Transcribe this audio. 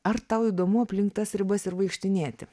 ar tau įdomu aplink tas ribas ir vaikštinėti